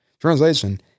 Translation